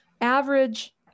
average